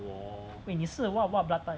wait 你是 what what blood type